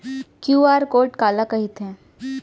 QR code काला कहिथे?